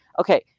okay,